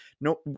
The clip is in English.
No